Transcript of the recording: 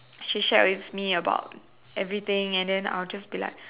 she shared with me about everything and then I'll just be like